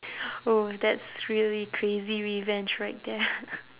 oh that's really crazy revenge right there